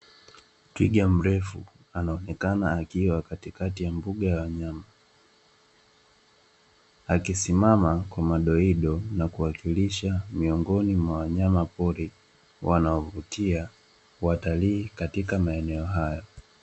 Twiga mrefu, anaonekana akiwa katikati ya mbuga ya wanyama, akisimama kwa madoido na kuwakilisha miongoni mwa wanyamapori wanaovutia watalii katika maeneo hayo..